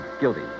guilty